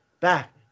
back